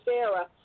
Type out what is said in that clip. Sarah